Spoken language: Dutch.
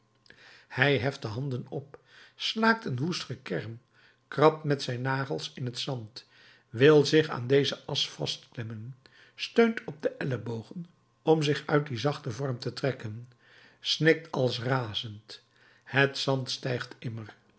hij heft de handen op slaakt een woest gekerm krabt met zijn nagels in het zand wil zich aan deze asch vastklemmen steunt op de ellebogen om zich uit dien zachten vorm te trekken snikt als razend het zand stijgt immer